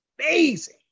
amazing